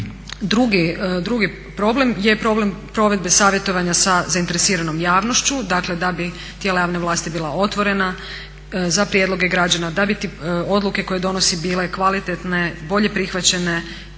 drugi problem je problem provedbe savjetovanja sa zainteresiranom javnošću. Dakle da bi tijela javne vlasti bila otvorena za prijedloge građana, da bi odluke koje donosi bile kvalitetne, bolje prihvaćene,